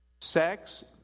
Sex